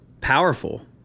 powerful